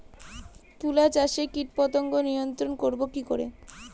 তুলা চাষে কীটপতঙ্গ নিয়ন্ত্রণর করব কি করে?